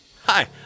Hi